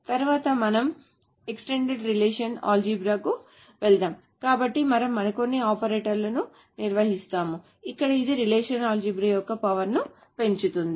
తరువాత మనము extended relational algebra కి వెళ్తాము కాబట్టి మనము మరికొన్ని ఆపరేటర్లను నిర్వచిస్తాము అక్కడ ఇది రిలేషనల్ అల్జీబ్రా యొక్క పవర్ ని పెంచుతుంది